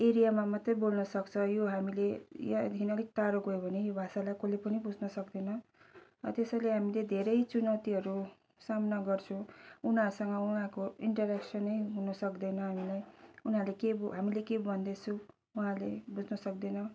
एरियामा मात्रै बोल्न सक्छ यो हामीले यहाँदेखि अलिक टाडो गयो भने यो भाषालाई कसले पनि बुझ्न सक्दैन त्यसैले हामीले धेरै चुनौतीहरू सामना गर्छु उनीहरूसँग उहाँहरूको इन्टऱ्याक्सन नै हुन सक्दैन हामीलाई उनीहरूले के हामीले के भन्दैछु उहाँहरूले बुझ्न सक्दैन